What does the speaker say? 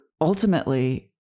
ultimately